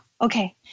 Okay